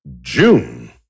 June